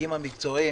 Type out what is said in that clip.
המקצועיים